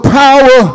power